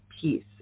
piece